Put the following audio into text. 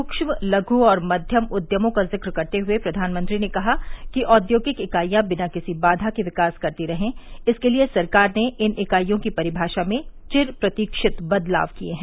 सूक्ष्म लघु और मध्यम उद्यमों का जिक्र करते हुए प्रधानमंत्री ने कहा कि औद्योगिक इकाईयां बिना किसी बाधा के विकास करती रहें इसके लिए सरकार ने इन इकाइयों की परिभाषा में चिर प्रतीक्षित बदलाव किये हैं